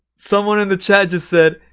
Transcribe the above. someone in the chat just said,